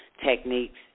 techniques